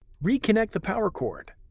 reconnect the power cord.